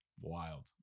Wild